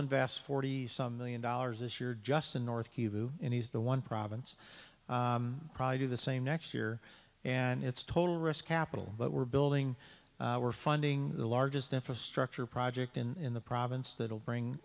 invest forty some million dollars this year just in north kivu and he's the one province probably do the same next year and it's total risk capital but we're building we're funding the largest infrastructure project in the province that will bring